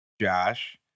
Josh